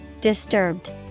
Disturbed